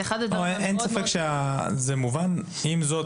זה מובן אבל עם זאת,